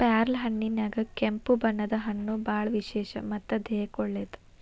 ಪ್ಯಾರ್ಲಹಣ್ಣಿನ್ಯಾಗ ಕೆಂಪು ಬಣ್ಣದ ಹಣ್ಣು ಬಾಳ ವಿಶೇಷ ಮತ್ತ ದೇಹಕ್ಕೆ ಒಳ್ಳೇದ